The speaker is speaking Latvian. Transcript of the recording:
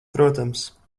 protams